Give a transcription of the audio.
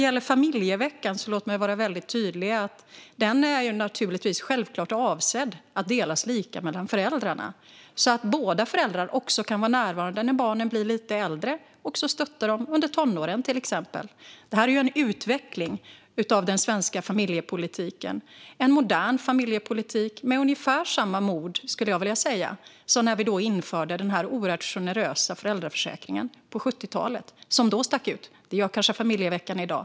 Låt mig vara tydlig när det gäller familjeveckan: Den är självklart avsedd att delas lika mellan föräldrarna så att båda föräldrarna kan vara närvarande också när barnen blir lite äldre och, till exempel, stötta dem under tonåren. Detta är en utveckling av den svenska familjepolitiken. Det är en modern familjepolitik med ungefär samma mod, skulle jag vilja säga, som när vi införde den oerhört generösa föräldraförsäkringen på 70-talet. Den stack ut då, och det gör kanske också familjeveckan i dag.